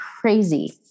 crazy